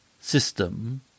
system